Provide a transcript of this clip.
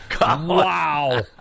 wow